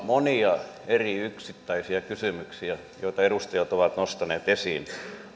monia eri yksittäisiä kysymyksiä joita edustajat ovat nostaneet esiin